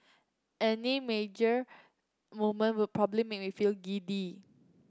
any major movement would probably make me feel giddy